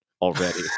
already